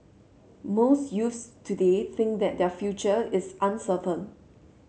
most youths today think that their future is uncertain